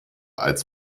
als